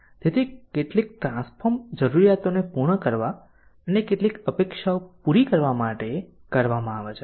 તેથી કેટલીક ટ્રાન્સફોર્મ જરૂરિયાતોને પૂર્ણ કરવા અને કેટલીક અપેક્ષાઓ પૂરી કરવા માટે કરવામાં આવે છે